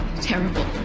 terrible